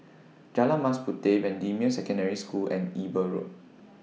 Jalan Mas Puteh Bendemeer Secondary School and Eber Road